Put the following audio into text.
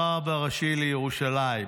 הרב הראשי לירושלים: